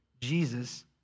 Jesus